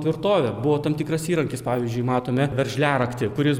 tvirtovę buvo tam tikras įrankis pavyzdžiui matome veržliaraktį kuris